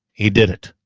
he did it.